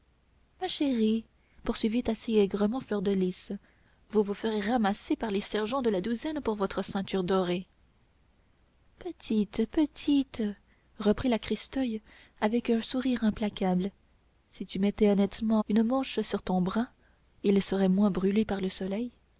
ma chère poursuivit assez aigrement fleur de lys vous vous ferez ramasser par les sergents de la douzaine pour votre ceinture dorée petite petite reprit la christeuil avec un sourire implacable si tu mettais honnêtement une manche sur ton bras il serait moins brûlé par le soleil